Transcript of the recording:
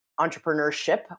entrepreneurship